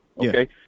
okay